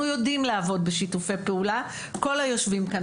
יודעים לעבוד בשיתופי פעולה כל היושבים כאן,